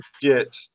get